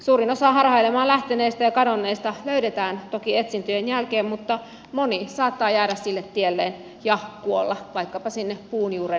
suurin osa harhailemaan lähteneistä ja kadonneista löydetään toki etsintöjen jälkeen mutta moni saattaa jäädä sille tielleen ja kuolla kylmässä vaikkapa sinne puunjuuren viereen